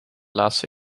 laatste